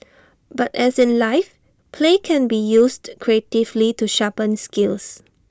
but as in life play can be used creatively to sharpen skills